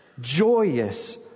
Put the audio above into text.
joyous